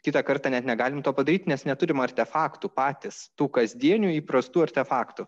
kitą kartą net negalim to padaryt nes neturim artefaktų patys tų kasdienių įprastų artefaktų